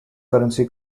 currency